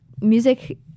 music